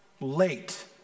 late